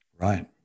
Right